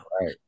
Right